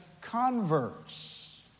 converts